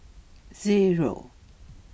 zero